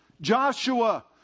Joshua